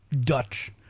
Dutch